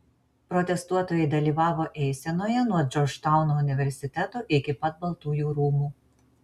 protestuotojai dalyvavo eisenoje nuo džordžtauno universiteto iki pat baltųjų rūmų